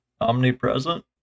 omnipresent